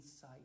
sight